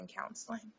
counseling